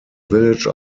village